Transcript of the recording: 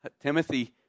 Timothy